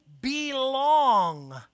belong